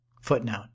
Footnote